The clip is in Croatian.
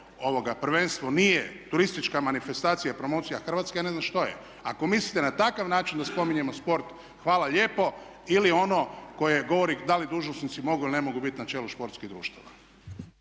bilo prvenstvo nije turistička manifestacija i promocija Hrvatske ja ne znam što je. Ako mislite na takav način da spominjemo sport hvala lijepo ili ono koje govori da li dužnosnici mogu ili ne mogu biti na čelu športskih društava.